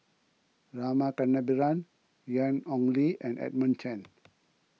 Rama Kannabiran Ian Ong Li and Edmund Chen